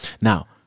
Now